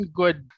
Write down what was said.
good